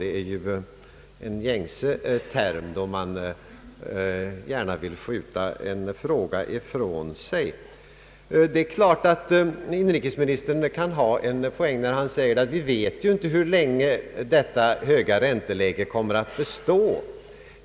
Det är ju en gängse term då man gärna vill skjuta en fråga ifrån sig. Inrikesministern kan självfallet ha en poäng när han säger att vi inte vet hur länge detta höga ränteläge kommer att bestå.